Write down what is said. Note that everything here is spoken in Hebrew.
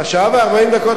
למה הוא כתוב בחוק?